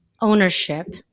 ownership